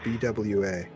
BWA